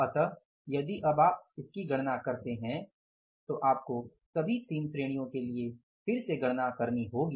अतः यदि अब आप इसकी गणना करते हैं तो आपको सभी 3 श्रेणियों के लिए फिर से गणना करनी होगी